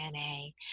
DNA